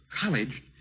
College